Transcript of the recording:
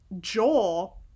joel